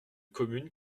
communes